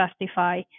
justify